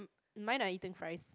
mine are eaten fries